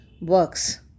works